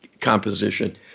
composition